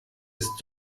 ist